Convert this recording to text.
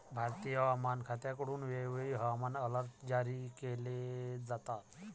भारतीय हवामान खात्याकडून वेळोवेळी हवामान अलर्ट जारी केले जातात